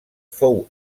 fou